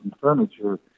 Furniture